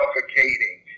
suffocating